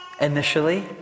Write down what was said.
initially